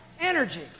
Energy